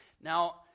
Now